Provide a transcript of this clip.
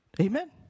Amen